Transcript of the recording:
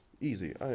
easy